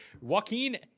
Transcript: joaquin